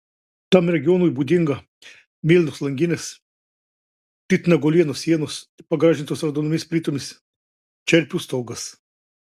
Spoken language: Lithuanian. tam regionui būdinga mėlynos langinės titnago uolienos sienos pagražintos raudonomis plytomis čerpių stogas